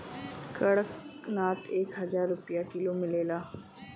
कड़कनाथ एक हजार रुपिया किलो मिलेला